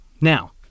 Now